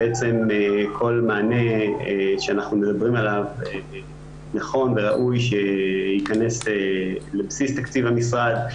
בעצם כל מענה שאנחנו מדברים עליו נכון וראוי שייכנס לבסיס תקציב המשרד,